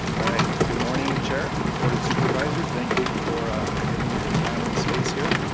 alright, good morning chair board of supervisors. thank you for ah giving me the time and space here.